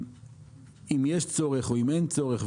אם יש צורך ואם אין צורך.